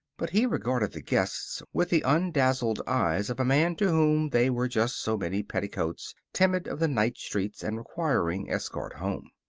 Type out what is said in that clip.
but he regarded the guests with the undazzled eyes of a man to whom they were just so many petticoats, timid of the night streets and requiring escort home.